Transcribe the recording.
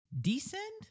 descend